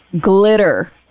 Glitter